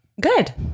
Good